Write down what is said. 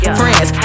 friends